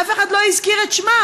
אף אחד לא הזכיר את שמה.